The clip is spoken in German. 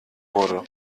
wurde